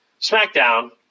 SmackDown